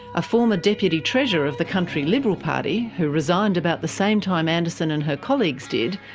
a former deputy treasurer of the country liberal party who resigned about the same time anderson and her colleagues did,